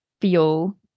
feel